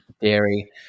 dairy